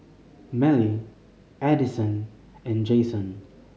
Mellie Addyson and Jayson